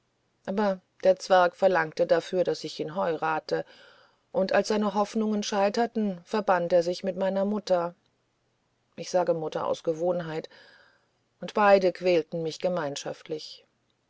aber der zwerg verlangte dafür daß ich ihn heurate und als seine hoffnungen scheiterten verband er sich mit meiner mutter ich sage mutter aus gewohnheit und beide quälten mich gemeinschaftlich